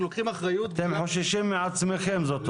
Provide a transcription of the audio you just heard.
אנחנו לוקחים אחריות -- אתם חוששים מעצמכם זאת אומרת.